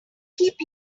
keep